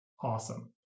Awesome